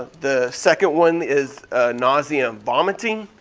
the second one is nausea and vomiting.